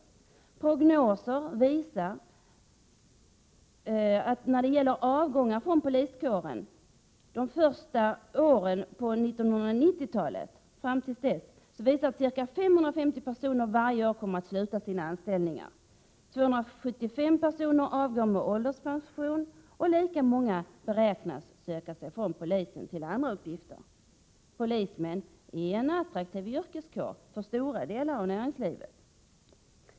Prognoser när det gäller avgångar från poliskåren de första åren på 1990-talet visar att ca 550 personer varje kommer att sluta sin anställning. 275 personer kommer att avgå med ålderspension, och lika många beräknas söka sig från polisen till andra uppgifter. Polismän är en attraktiv yrkeskår för stora delar av näringslivet.